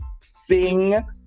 sing